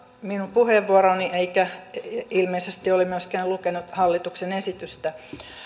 minun puheenvuoroani eikä ilmeisesti ole myöskään lukenut hallituksen esitystä